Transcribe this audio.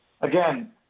Again